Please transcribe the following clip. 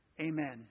amen